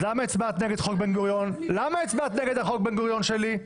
למה הצבעת נגד חוק בן גוריון שלי?